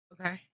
Okay